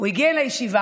הוא הגיע לישיבה